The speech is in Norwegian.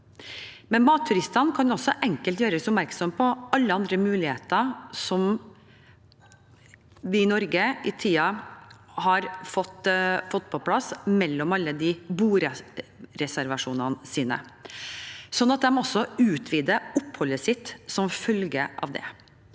matturistene kan også enkelt gjøres oppmerksom på alle andre muligheter som vi i Norge med tiden har fått på plass, mellom alle bordreservasjonene sine. Slik kan de også utvide oppholdet sitt som følge av det.